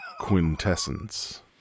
Quintessence